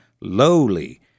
lowly